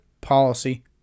policy